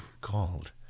called